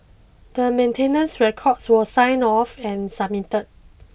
the maintenance records were signed off and submitted